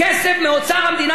350 מיליון שקל.